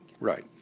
Right